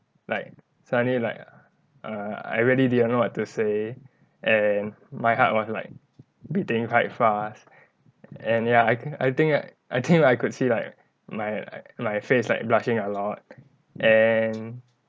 like suddenly like err I really didn't know what to say and my heart wad like beating quite fast and ya I I think I I think I could see like my my face like blushing a lot and